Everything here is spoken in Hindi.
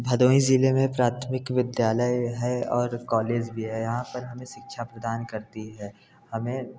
भदोही ज़िले में प्राथमिक विद्यालय है और कॉलेज भी है यहाँ पर हमें शिक्षा प्रदान करती है हमें